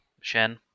Shen